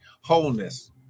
wholeness